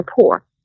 poor